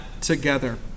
together